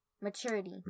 maturity